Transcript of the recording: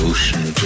Ocean